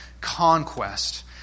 conquest